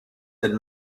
and